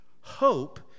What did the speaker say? Hope